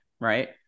right